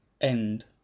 End